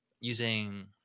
using